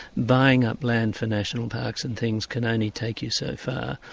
buying up land for national parks and things can only take you so far,